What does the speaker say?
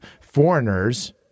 foreigners